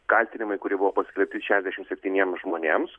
kaltinimai kurie buvo paskelbti šešiasdešim septyniem žmonėms